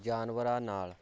ਜਾਨਵਰਾਂ ਨਾਲ